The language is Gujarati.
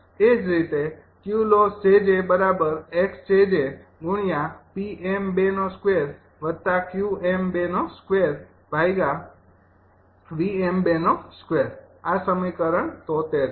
એ જ રીતે આ સમીકરણ ૭૩ છે